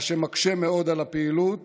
מה שמקשה מאוד על הפעילות